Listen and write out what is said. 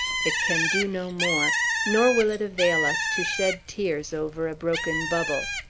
it can do no more nor will it avail us to shed tears over a broken bubble.